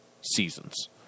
seasons